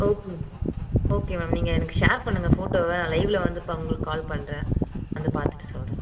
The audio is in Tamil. ஓகே மேம் ஓகே மேம் நீங்கள் எனக்கு ஷேர் பண்ணுங்க ஃபோட்டோவை நான் லைவ்வில் வந்து ப உங்களுக்கு கால் பண்ணுறேன் வந்து பார்த்துட்டு சொல்கிறேன்